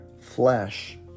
flesh